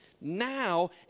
now